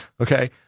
Okay